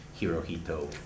Hirohito